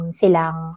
silang